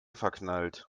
verknallt